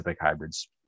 hybrids